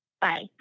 Bye